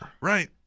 Right